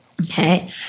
Okay